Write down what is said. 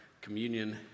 communion